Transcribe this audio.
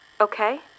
okay